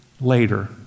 later